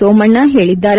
ಸೋಮಣ್ಣ ಹೇಳಿದ್ದಾರೆ